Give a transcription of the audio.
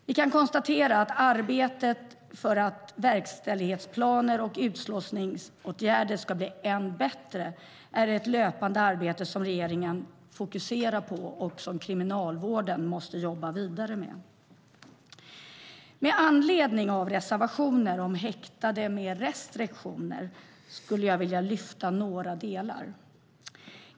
Vi kan konstatera att arbetet för att verkställighetsplaner och utslussningsåtgärder ska bli än bättre är ett löpande arbete som regeringen fokuserar på och som kriminalvården måste jobba vidare med. Med anledning av reservationer om häktade med restriktioner skulle jag vilja lyfta fram några delar.